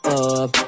up